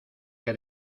que